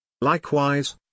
Likewise